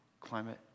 climate